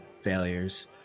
failures